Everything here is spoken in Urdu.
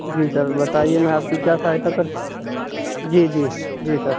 جی سر بتائیے میں آپ کی کیا سہایتا کر جی جی جی سر